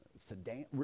Sedan